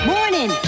Morning